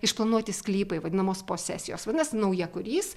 išplanuoti sklypai vadinamos posesijos vadinas naujakurys